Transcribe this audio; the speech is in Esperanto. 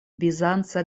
bizanca